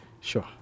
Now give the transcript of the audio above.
sure